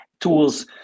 tools